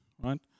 right